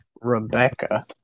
Rebecca